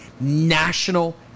national